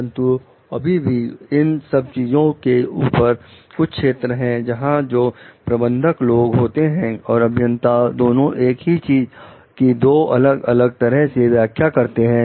परंतु अभी भी इन सब चीजों से ऊपर कुछ क्षेत्र हैं जहां जो प्रबंधक लोग होते हैं और अभियंता दोनों एक हीचीज की दो अलग अलग तरह से व्याख्या करते हैं